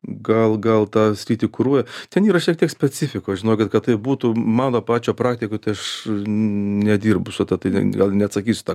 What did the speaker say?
gal gal tą sritį kuruoja ten yra šiek tiek specifikos žinokit kad tai būtų mano pačio praktikoj tai aš nedirbu su ta tai gal neatsakysiu į tą